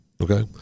Okay